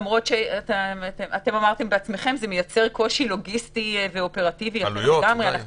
למרות שזה מייצר קושי לוגיסטי ואופרטיבי אחר לגמרי.